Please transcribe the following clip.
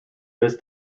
this